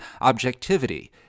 objectivity